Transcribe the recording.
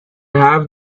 have